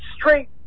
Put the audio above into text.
straight